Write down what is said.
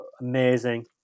amazing